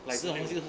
是 maybe